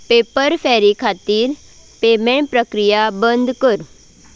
Pepperfry खातीर पेमॅ प्रक्रिया बंद कर